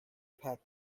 pet